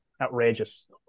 Outrageous